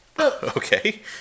Okay